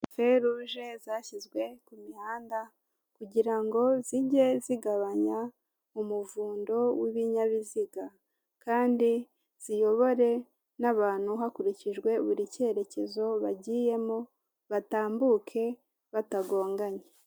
Feruje zashyizwe ku imihanda kugira ngo zijye zigabanya umuvundo w'ibinyabiziga, kandi ziyobore n'abantu hakurikijwe buri cyerekezo bagiyemo, batambuke batagonganye.